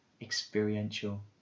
experiential